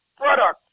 product